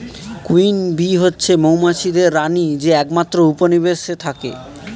queen bee হচ্ছে মৌমাছিদের রানী যে একমাত্র উপনিবেশে থাকে